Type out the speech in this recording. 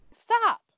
stop